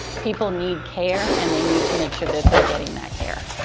people need care and they need to make sure that they're getting that care.